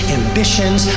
ambitions